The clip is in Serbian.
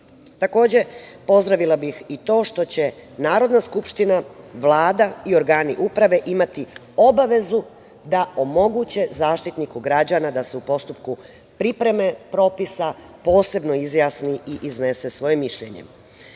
uprave. Takođe, pozdravila bih i to što će Narodna skupština, Vlada i organi uprave imati obavezu da omoguće Zaštitniku građana da se u postupku pripreme, propisa, posebno izjasni i iznese svoje mišljenje. Drugi